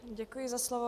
Děkuji za slovo.